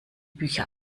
bücher